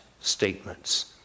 statements